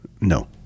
No